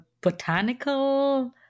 botanical